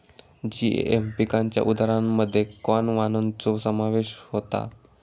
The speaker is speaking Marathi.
जीएम पिकांच्या उदाहरणांमध्ये कॉर्न वाणांचो समावेश होता